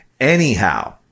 Anyhow